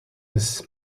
des